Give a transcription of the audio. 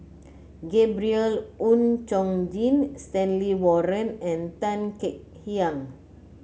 Gabriel Oon Chong Jin Stanley Warren and Tan Kek Hiang